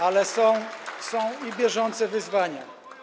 Ale są i bieżące wyzwania.